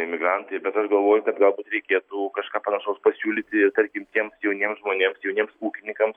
emigrantai bet aš galvoju kad galbūt reikėtų kažką panašaus pasiūlyti tarkim tiems jauniems žmonėms jauniems ūkininkams